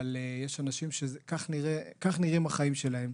אבל יש אנשים שכך נראים החיים שלהם.